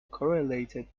correlated